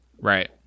Right